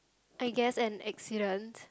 I guess an accident